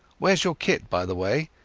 whereas your kit, by the way?